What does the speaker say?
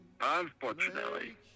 unfortunately